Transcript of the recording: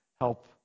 help